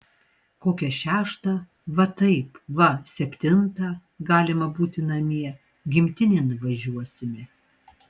kokią šeštą va taip va septintą galima būti namie gimtinėn važiuosime